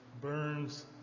burns